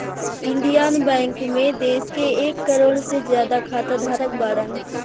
Indian bank मे देश के एक करोड़ से ज्यादा खाता धारक बाड़न